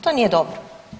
To nije dobro.